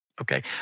Okay